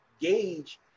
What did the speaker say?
gauge